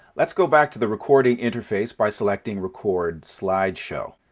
let's go back to the recording interface by selecting record slideshow